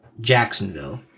Jacksonville